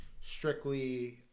strictly